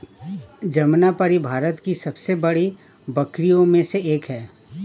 जमनापारी भारत की सबसे बड़ी बकरियों में से एक है